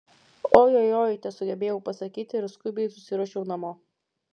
ojojoi tesugebėjau pasakyti ir skubiai susiruošiau namo